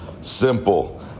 Simple